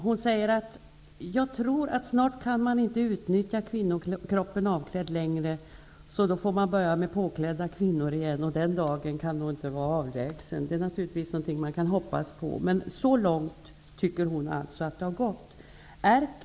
Hon säger: Jag tror att man snart inte kan utnyttja kvinnokroppen avklädd längre. Då får man börja med påklädda kvinnor igen -- den dagen kan nog inte vara avlägsen. Detta är naturligtvis något som man kan hoppas på, men hon tycker alltså att det har gått så långt.